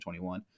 2021